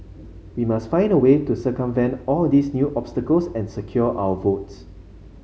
we must find a way to circumvent all these new obstacles and secure our votes